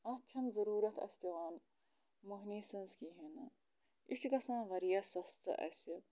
اَتھ چھَنہٕ ضٔروٗرَت اَسہِ پٮ۪وان مٔہنی سٕنٛز کِہیٖنۍ نہٕ یہِ چھُ گَژھان واریاہ سَستہٕ اَسہِ